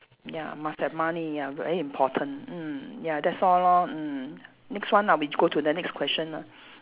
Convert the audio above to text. ya must have money ya very important mm ya that's all lor mm next one lah we go to the next question lah